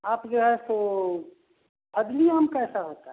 आप जो है सो आम कैसा होता है